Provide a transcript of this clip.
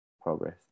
progress